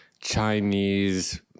Chinese